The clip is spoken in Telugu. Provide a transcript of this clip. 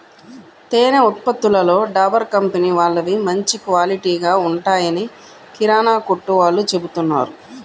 తేనె ఉత్పత్తులలో డాబర్ కంపెనీ వాళ్ళవి మంచి క్వాలిటీగా ఉంటాయని కిరానా కొట్టు వాళ్ళు చెబుతున్నారు